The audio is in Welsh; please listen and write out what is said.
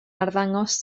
arddangos